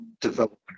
develop